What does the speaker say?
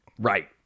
right